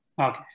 Okay